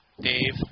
Dave